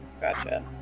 gotcha